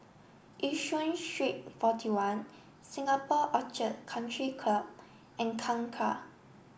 Yishun Street forty one Singapore Orchid Country Club and Kangkar